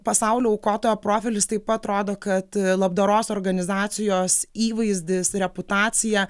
pasaulio aukotojo profilis taip pat rodo kad labdaros organizacijos įvaizdis reputacija